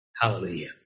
Hallelujah